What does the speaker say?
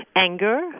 anger